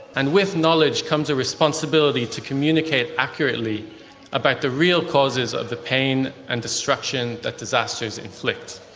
and with knowledge comes a responsibility to communicate accurately about the real causes of the pain and destruction that disasters inflict.